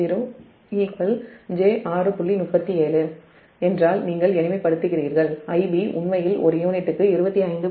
37 எனவே நீங்கள் எளிமைப் படுத்துகிறீர்கள் Ib உண்மையில் ஒரு யூனிட்டுக்கு 25